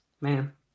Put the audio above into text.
Man